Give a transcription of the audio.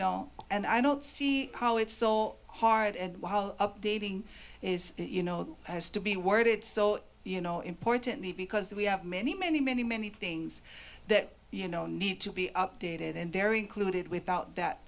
know and i don't see how it's so hard and while updating is you know has to be worded so you know importantly because we have many many many many things that you know need to be updated and they're included without that